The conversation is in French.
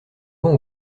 vend